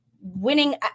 winning